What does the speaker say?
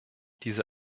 diese